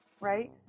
right